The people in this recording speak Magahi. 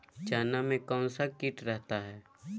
चना में कौन सा किट रहता है?